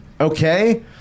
Okay